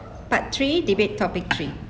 part three debate topic three